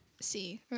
See